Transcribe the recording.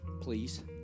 Please